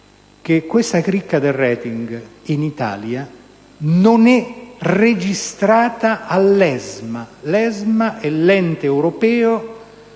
che questa cricca del *rating* in Italia non è registrata all'ESMA, ossia l'ente europeo